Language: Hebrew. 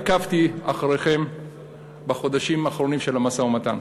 עקבתי אחריכם בחודשים האחרונים של המשא-ומתן,